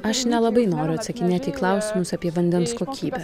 aš nelabai noriu atsakinėt į klausimus apie vandens kokybę